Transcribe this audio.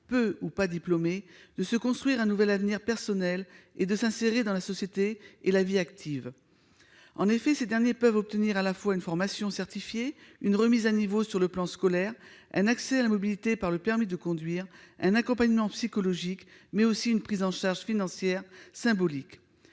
peu ou pas diplômés de se construire un nouvel avenir personnel et de s'insérer dans la société et la vie active. En effet, ces derniers peuvent obtenir à la fois une formation certifiée, une remise à niveau sur le plan scolaire, un accès à la mobilité par le permis de conduire, un accompagnement psychologique, mais aussi une prise en charge financière symbolique.